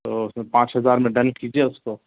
تو اس میں پانچ ہزار میں ڈن کیجیے اس کو